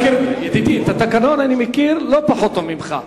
ידידי, את התקנון אני מכיר לא פחות טוב ממך.